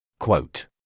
Quote